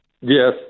Yes